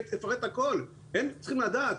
הם צריכים לדעת.